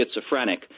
schizophrenic